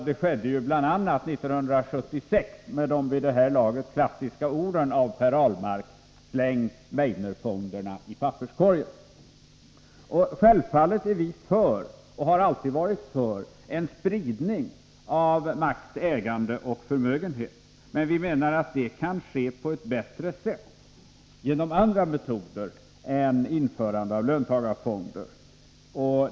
Det skedde bl.a. 1976 med de vid det här laget klassiska orden av Per Ahlmark: ”Släng Meidnerfonderna i papperskorgen!” Självfallet är vi, och har alltid varit, för spridning av makt, ägande och förmögenhet. Men vi menar att det kan ske på ett bättre sätt, genom andra metoder än införandet av löntagarfonder.